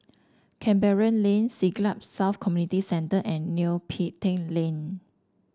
Canberra Lane Siglap South Community Centre and Neo Pee Teck Lane